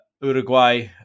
Uruguay